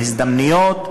בהזדמנויות.